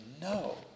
No